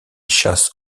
chasse